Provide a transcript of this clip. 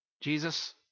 Jesus